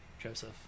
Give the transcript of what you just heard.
Joseph